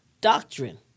doctrine